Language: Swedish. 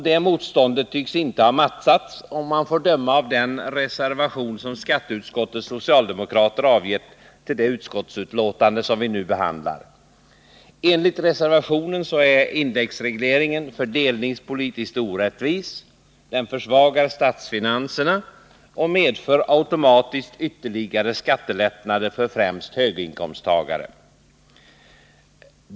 Det motståndet tycks inte ha mattats, av den reservation att döma som skatteutskottets socialdemokrater avgett med anledning av det utskottsbetänkande som vi nu behandlar. Enligt reservationen är indexregleringen fördelningspolitiskt orättvis. Man menar att den försvagar statsfinanserna och att den automatiskt medför ytterligare skattelättnader för främst höginkomsttagare.